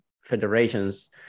federations